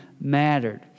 mattered